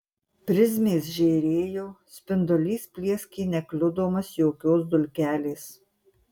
prizmės žėrėjo spindulys plieskė nekliudomas jokios dulkelės